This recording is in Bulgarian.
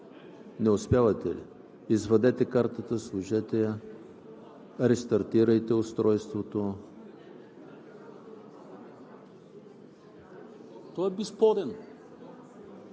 не успявате ли? Извадете картата, сложете я, рестартирайте устройството. (Реплики.)